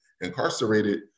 incarcerated